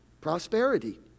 Prosperity